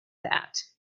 that